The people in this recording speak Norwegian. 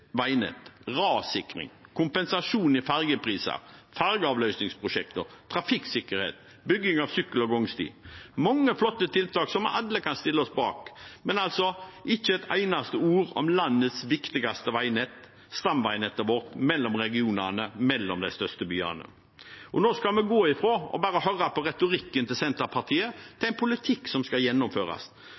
rassikring, kompensasjon i fergepriser, fergeavløsningsprosjekter, trafikksikkerhet, bygging av sykkel- og gangsti, er det mange flotte tiltak som vi alle kan stille oss bak, men altså ikke et eneste ord om landets viktigste veinett, stamveinettet vårt mellom regionene, mellom de største byene. Nå skal vi gå fra å bare høre på retorikken til Senterpartiet til en politikk som skal gjennomføres,